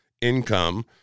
income